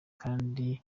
kandi